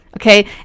Okay